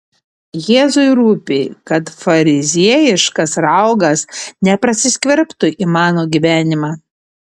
jėzui rūpi kad fariziejiškas raugas neprasiskverbtų į mano gyvenimą